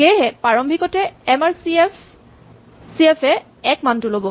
সেয়েহে প্ৰাৰম্ভিকতে M R C F A ১ মানটো ল'ব